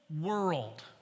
world